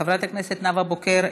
חברת הכנסת נאוה בוקר,